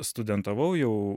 studentavau jau